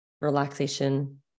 relaxation